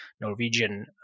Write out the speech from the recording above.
Norwegian